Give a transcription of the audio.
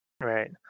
Right